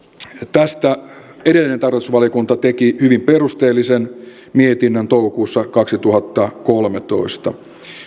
tästä edellinen tarkastusvaliokunta teki hyvin perusteellisen mietinnön toukokuussa kaksituhattakolmetoista